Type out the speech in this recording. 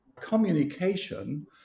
communication